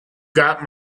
got